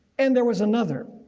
and there was another,